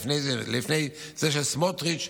לפני סמוטריץ',